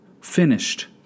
finished